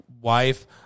wife